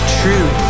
true